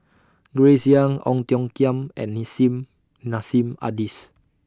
Grace Young Ong Tiong Khiam and Nissim Nassim Adis